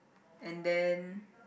and then